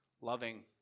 loving